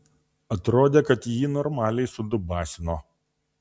atrodė kad jį normaliai sudubasino